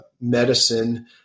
medicine